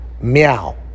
meow